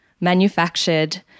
manufactured